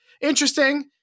interesting